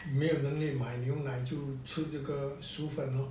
没有能力买牛奶就吃这个薯粉咯